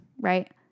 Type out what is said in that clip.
right